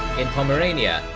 in pomerania,